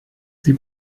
the